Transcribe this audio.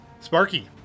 Sparky